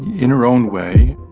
in her own way,